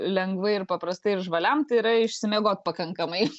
lengvai ir paprastai ir žvaliam tai yra išsimiegot pakankamai